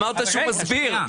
אמרת שתסביר.